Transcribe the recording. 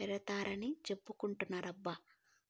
పెడతారని చెబుతున్నారబ్బా